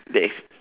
that's